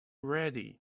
ready